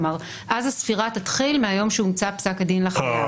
כלומר אז הספירה תתחיל מהיום שהומצא פסק הדין לחייב.